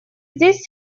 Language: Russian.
здесь